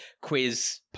quiz